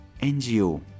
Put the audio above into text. NGO